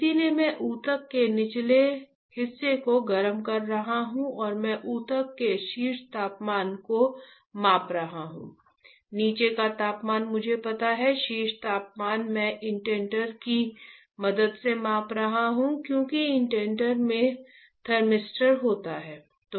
इसलिए मैं ऊतक के निचले हिस्से को गर्म कर रहा हूं और मैं ऊतक के शीर्ष तापमान को माप रहा हूं नीचे का तापमान मुझे पता है शीर्ष तापमान मैं इंडेंटर की मदद से माप रहा हूं क्योंकि इंडेंटर में थर्मिस्टर होता है